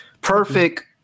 perfect